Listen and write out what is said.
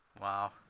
Wow